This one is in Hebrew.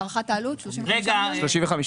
הערכת העלות היא 35 מיליון?